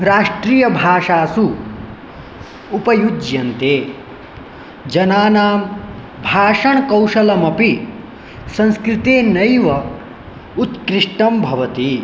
राष्ट्रियभाषासु उपयुज्यन्ते जनानां भाषणकौशलमपि संस्कृतेनैव उत्कृष्टं भवति